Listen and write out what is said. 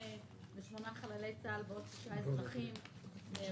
68 חללי צה"ל ועוד שישה אזרחים נהרגו,